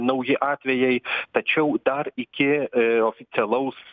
nauji atvejai tačiau dar iki oficialaus